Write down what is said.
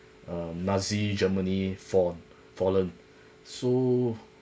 um nazi germany fall fallen so